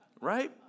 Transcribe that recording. right